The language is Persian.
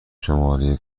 شماره